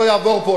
לא יעבור פה,